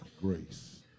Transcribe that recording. grace